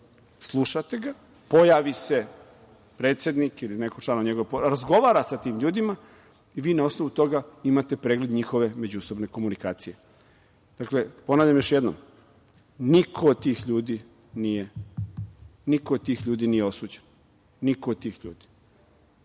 slušate ga, pojavi se predsednik ili neko od članova njegove porodice, razgovara sa tim ljudima i vi na osnovu toga imate pregled njihove međusobne komunikacije. Ponavljam još jednom, niko od tih ljudi nije osuđen, niko od tih ljudi.